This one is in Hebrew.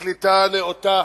בקליטה נאותה